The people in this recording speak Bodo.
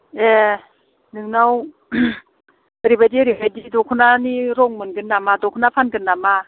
एह नोंनियाव ओरैबायदि ओरैबायदि दखनानि रं मोनगोन नामा दखना फानगोन नामा